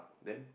then